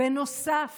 בנוסף